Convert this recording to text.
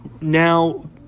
now